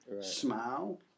Smile